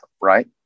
right